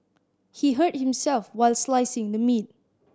he hurt himself while slicing the meat